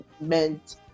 meant